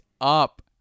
up